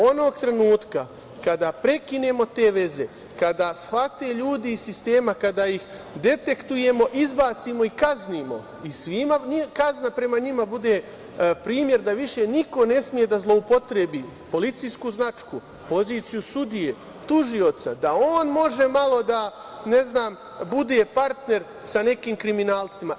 Onog trenutka kada prekinemo te veze, kada shvate ljudi iz sistema, kada ih detektujemo, izbacimo i kaznimo i kazna prema njima bude primer svima da više niko ne sme da zloupotrebi policijsku značku, poziciju sudije, tužioca da on može malo, ne znam, bude partner sa nekim kriminalcima.